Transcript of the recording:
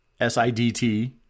SIDT